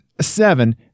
seven